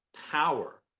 power